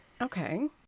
Okay